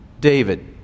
David